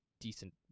decent